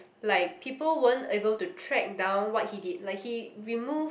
like people weren't able to track down what he did like he remove